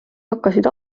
hakkasid